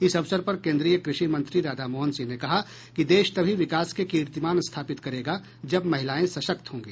इस अवसर पर केंद्रीय क्रषि मंत्री राधामोहन सिंह ने कहा कि देश तभी विकास के कीर्तिमान स्थापित करेगा जब महिलायें सशक्त होंगी